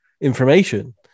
information